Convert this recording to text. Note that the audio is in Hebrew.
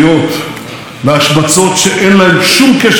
להשמצות שאין להן שום קשר למציאות,